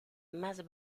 más